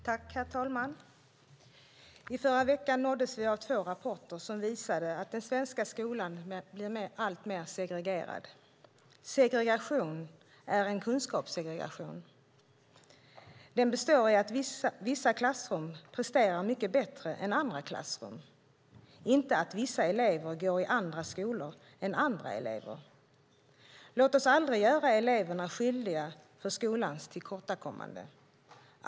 Herr talman! I förra veckan nåddes vi av två rapporter som visade att den svenska skolan blir alltmer segregerad. Segregationen är en kunskapssegregation som består i att vissa klassrum presterar mycket bättre än andra klassrum. Det handlar inte om att vissa elever går i andra skolor än andra elever. Låt oss aldrig skylla eleverna för skolans tillkortakommande!